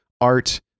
art